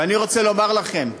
ואני רוצה לומר לכם: